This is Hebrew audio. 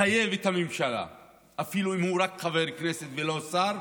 לחייב את הממשלה אפילו אם הוא רק חבר כנסת ולא שר.